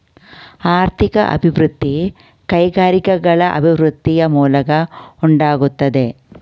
ಆರ್ಥಿಕ ಅಭಿವೃದ್ಧಿ ಕೈಗಾರಿಕೆಗಳ ಅಭಿವೃದ್ಧಿಯ ಮೂಲಕ ಉಂಟಾಗುತ್ತದೆ